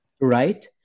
right